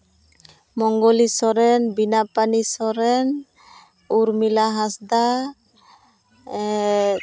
Mongoli Soren Binapani Soren Urmila Hansda